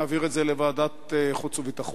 נעביר אותו לוועדת החוץ והביטחון.